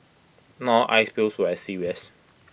not oil spills were as serious